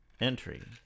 entry